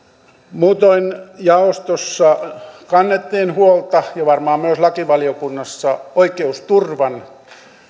muutoin jaostossa kannettiin huolta ja varmaan myös lakivaliokunnassa oikeusturvan